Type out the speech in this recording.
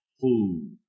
food